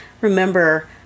remember